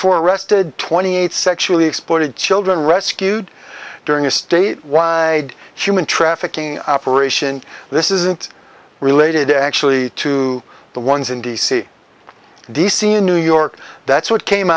four arrested twenty eight sexually exploited children rescued during a state wide human trafficking operation this isn't related actually to the ones in d c d c in new york that's what came